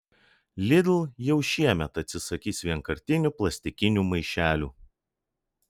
lidl jau šiemet atsisakys vienkartinių plastikinių maišelių